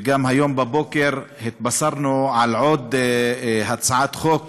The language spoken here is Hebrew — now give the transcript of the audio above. והיום בבוקר גם התבשרנו על עוד הצעת חוק